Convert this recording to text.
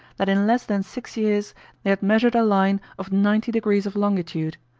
than in less than six years they had measured a line of ninety degrees of longitude,